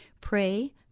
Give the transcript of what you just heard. Pray